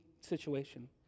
situation